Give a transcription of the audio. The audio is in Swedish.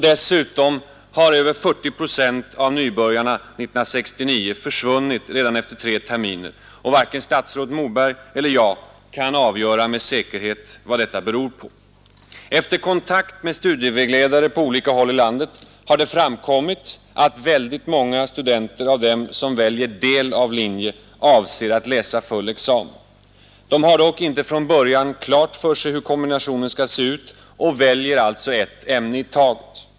Dessutom har över 40 procent av nybörjarna 1969 försvunnit redan efter tre terminer. Varken statsrådet Moberg eller jag kan med säkerhet avgöra vad detta beror på. Efter kontakt med studievägledare på olika håll i landet har det framkommit att många studenter av dem som väljer del av linje avser att läsa full examen. De har dock inte från början klart för sig hur kombinationen skall se ut och väljer alltså ett ämne i taget.